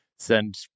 Send